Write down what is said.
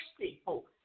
people